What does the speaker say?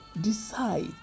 decide